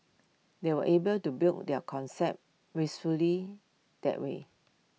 they were able to build their concept that way